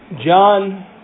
John